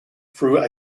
through